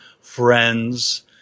friends